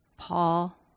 Paul